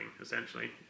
essentially